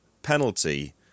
penalty